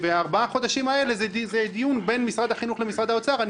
וארבעת החודשים האלה זה דיון בין משרד החינוך למשרד האוצר.